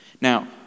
Now